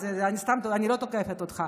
את זה אני לא תוקפת אותך,